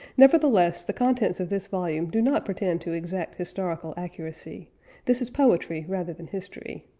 nevertheless, the contents of this volume do not pretend to exact historical accuracy this is poetry rather than history,